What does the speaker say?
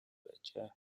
байжээ